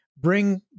bring